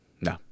No